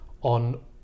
on